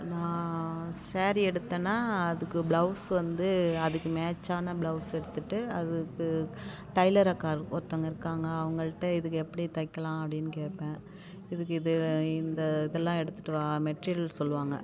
நான் ஸேரீ எடுத்தேனால் அதுக்கு ப்ளவுசு வந்து அதுக்கு மேட்சான ப்ளவுசு எடுத்துகிட்டு அதுக்கு டைலர் அக்கா ஒருத்தவங்க இருக்காங்க அவங்கள்ட்ட இதுக்கு எப்படி தைக்கலாம் அப்படினு கேட்பேன் இதுக்கு இது இந்த இதெல்லாம் எடுத்துகிட்டுவா மெட்ரியல் சொல்வாங்க